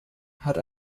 hat